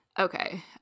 Okay